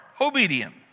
obedient